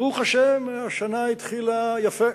ברוך השם, השנה התחילה יפה,